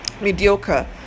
mediocre